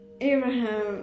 Abraham